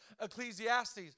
Ecclesiastes